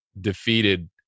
defeated